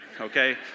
okay